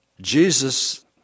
Jesus